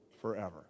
forever